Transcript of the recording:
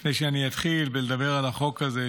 לפני שאני אתחיל לדבר על החוק הזה,